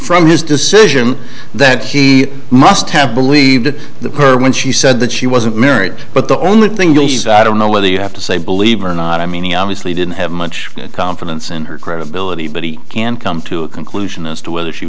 from his decision that he must have believed that the perv when she said that she wasn't married but the only thing i don't know whether you have to say believe or not i mean he obviously didn't have much confidence in her credibility but he can come to a conclusion as to whether she